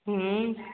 ହଁ